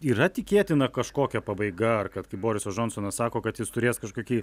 yra tikėtina kažkokia pabaiga ar kad kai borisas džonsonas sako kad jis turės kažkokį